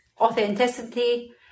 authenticity